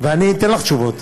ואני אתן לך תשובות.